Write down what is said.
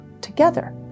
together